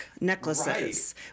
necklaces